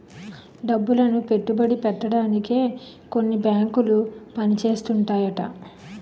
డబ్బులను పెట్టుబడి పెట్టడానికే కొన్ని బేంకులు పని చేస్తుంటాయట